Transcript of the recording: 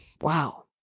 Wow